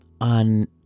on